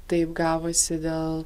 taip gavosi dėl